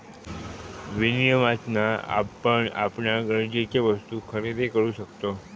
विनियमातना आपण आपणाक गरजेचे वस्तु खरेदी करु शकतव